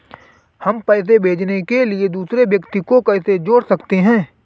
हम पैसे भेजने के लिए दूसरे व्यक्ति को कैसे जोड़ सकते हैं?